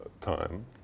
time